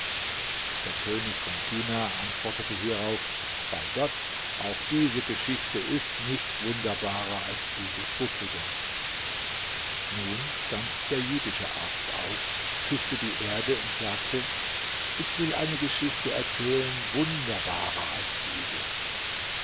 der könig von china antwortete hierauf bei gott auch diese geschichte ist nicht wunderbarer als die des buckligen nun stand der jüdische arzt auf küßte die erde und sagte ich will eine geschichte erzählen wunderbarer als diese